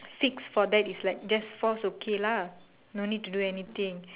fix for that is like just force okay lah no need to do anything